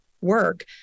work